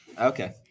Okay